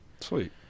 sweet